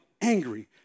angry